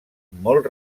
molt